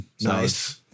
Nice